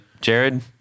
Jared